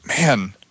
man